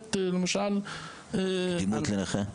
ולתת למשל --- קדימות לנכה?